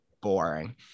boring